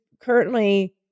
currently